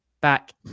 back